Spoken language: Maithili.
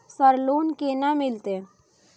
सर लोन केना मिलते?